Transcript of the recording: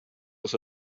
was